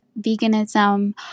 veganism